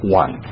one